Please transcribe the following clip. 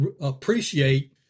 appreciate